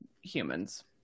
humans